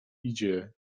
idzie